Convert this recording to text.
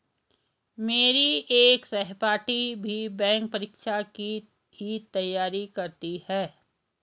मेरी एक सहपाठी भी बैंक परीक्षा की ही तैयारी करती है